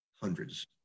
Hundreds